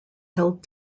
held